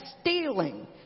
stealing